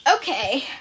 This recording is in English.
Okay